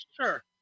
Sure